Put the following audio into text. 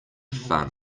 fun